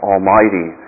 Almighty